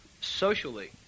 socially